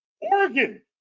Oregon